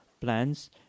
plans